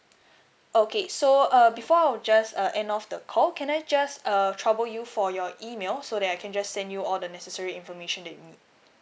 okay so uh before I'll just uh end of the call can I just uh trouble you for your email so that I can just send you all the necessary information that you need